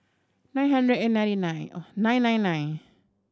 nine hundred and ninety nine nine nine nine